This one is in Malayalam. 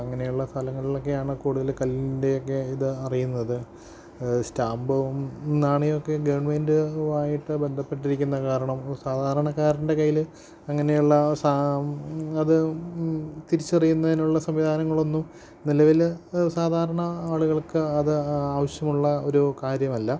അങ്ങനെയുള്ള സ്ഥലങ്ങളിലൊക്കെയാണു കൂടുതല് കല്ലിൻ്റെയൊക്കെ ഇത് അറിയുന്നത് സ്റ്റാമ്പും നാണയവുമൊക്കെ ഗവൺമെന്റുമായിട്ടു ബന്ധപ്പെട്ടിരിക്കുന്നതു കാരണം സാധാരണക്കാരൻ്റെ കയ്യില് അങ്ങനെയുള്ള അത് തിരിച്ചറിയുന്നതിനുള്ള സംവിധാനങ്ങളൊന്നും നിലവില് സാധാരണ ആളുകൾക്ക് അത് ആവശ്യമുള്ള ഒരു കാര്യമല്ല